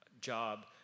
job